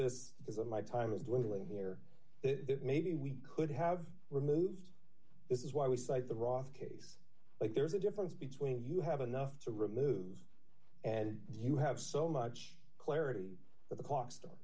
this because of my time is dwindling here maybe we could have removed this is why we cite the wroth case but there's a difference between you have enough to remove and you have so much clarity that the clock